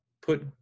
put